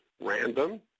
random